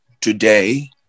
today